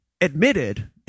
admitted